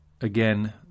Again